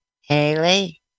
Haley